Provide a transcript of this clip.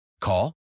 Call